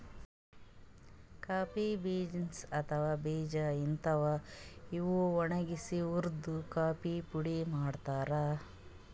coffee beans ಅಥವಾ ಬೀಜಾ ಇರ್ತಾವ್, ಇವ್ ಒಣಗ್ಸಿ ಹುರ್ದು ಕಾಫಿ ಪುಡಿ ಮಾಡ್ತಾರ್